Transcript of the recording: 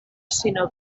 sinó